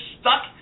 stuck